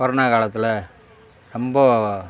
corona காலத்தில் ரொம்ப